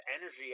energy